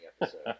episode